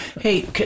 Hey